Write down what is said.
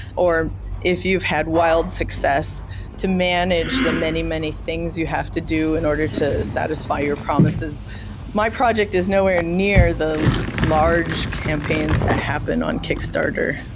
or if you've had wild success to manage the many, many things you have to do in order to satisfy your promises my project is nowhere near the large campaigns that happen on kickstarter.